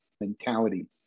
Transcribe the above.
mentality